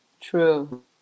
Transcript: true